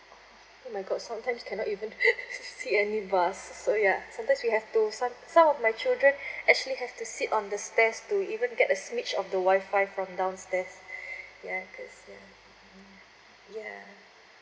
oh my god sometimes cannot even see any bars so ya sometimes we have to some some of my children actually have to sit on the stairs to even get a snitch of the wifi from downstairs ya ya